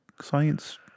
science